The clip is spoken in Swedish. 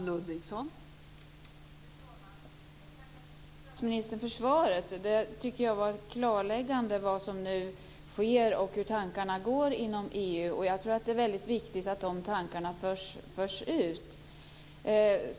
Fru talman! Jag tackar statsministern för svaret. Det var klarläggande om vad som nu sker och hur tankarna går inom EU. Det är väldigt viktigt att de tankarna förs ut.